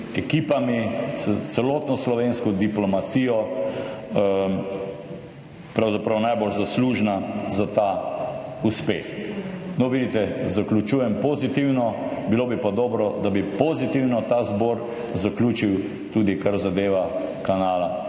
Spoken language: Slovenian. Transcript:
ekipami, s celotno slovensko diplomacijo pravzaprav najbolj zaslužna za ta uspeh. Zaključujem pozitivno, bilo bi pa dobro, da bi pozitivno ta zbor zaključil tudi kar zadeva Kanala